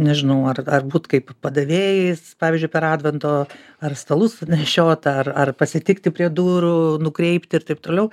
nežinau ar ar būt kaip padavėjais pavyzdžiui per advento ar stalus nešiot ar ar pasitikti prie durų nukreipti ir taip toliau